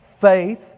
Faith